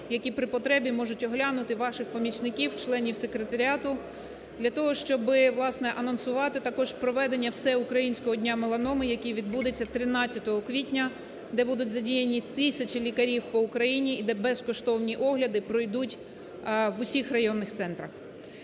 які при потребі можуть оглянути ваших помічників, членів секретаріату для того, щоб, власне, анонсувати також проведення Всеукраїнського дня меланоми, який відбудеться 13 квітня, де будуть задіяні тисячі лікарів по Україні і де безкоштовні огляди пройдуть в усіх районних центрах.